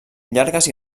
llargues